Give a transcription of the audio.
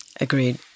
Agreed